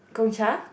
Gong-Cha